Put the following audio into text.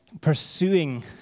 pursuing